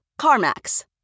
CarMax